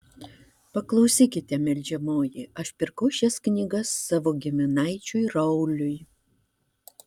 paklausykite meldžiamoji aš pirkau šias knygas savo giminaičiui rauliui